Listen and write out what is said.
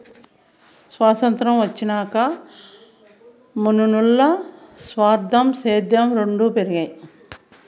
సొతంత్రం వచ్చినాక మనునుల్ల స్వార్థం, సేద్యం రెండు పెరగతన్నాయి